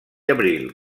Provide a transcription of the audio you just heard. abril